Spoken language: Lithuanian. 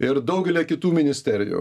ir daugelyje kitų ministerijų